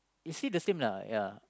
is still the same lah ya